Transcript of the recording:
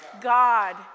God